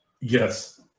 Yes